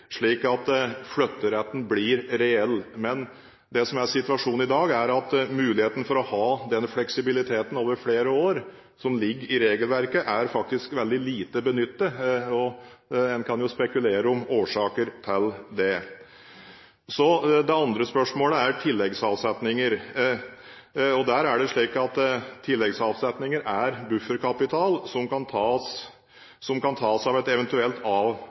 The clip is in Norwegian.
slik at flytteretten blir reell. Men det som er situasjonen i dag, er at muligheten for å ha den fleksibiliteten over flere år, som ligger i regelverket, faktisk er veldig lite benyttet. Man kan jo spekulere om årsaker til det. Det andre spørsmålet gjelder tilleggsavsetninger. Tilleggsavsetninger er bufferkapital som kan tas av et eventuelt